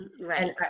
Right